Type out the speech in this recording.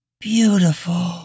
beautiful